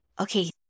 Okay